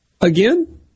again